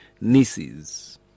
nieces